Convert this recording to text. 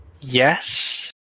Yes